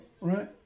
right